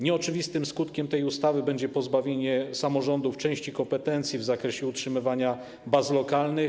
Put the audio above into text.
Nieoczywistym skutkiem tej ustawy będzie pozbawienie samorządów części kompetencji w zakresie utrzymywania baz lokalnych.